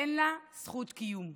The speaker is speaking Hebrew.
אין לה זכות קיום.